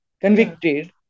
convicted